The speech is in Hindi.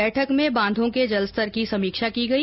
बैठक में बांधों के जल स्तर की समीक्षा की गई